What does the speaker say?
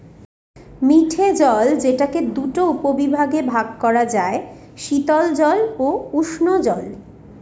মিঠে জল যেটাকে দুটা উপবিভাগে ভাগ করা যায়, শীতল জল ও উষ্ঞজল